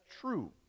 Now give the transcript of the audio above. true